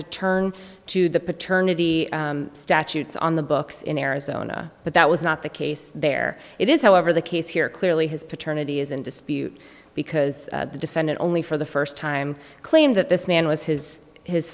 to turn to the paternity statutes on the books in arizona but that was not the case there it is however the case here clearly his paternity is in dispute because the defendant only for the first time claimed that this man was his his